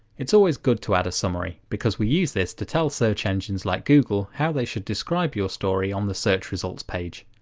it's always good to add a summary, because we use this to tell the search engines like google how they should describe your story on the search results page.